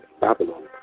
Babylon